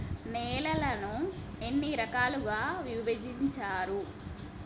నేలలను ఎన్ని రకాలుగా విభజించారు?